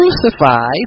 crucified